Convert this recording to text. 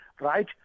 right